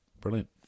Brilliant